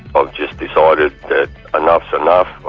i've just decided that enough's enough.